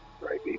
right